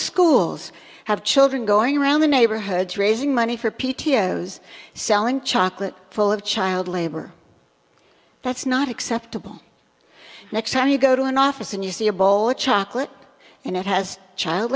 schools have children going around the neighborhood raising money for p t s selling chocolate full of child labor that's not acceptable next time you go to an office and you see a bowl of chocolate and it has child